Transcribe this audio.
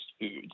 foods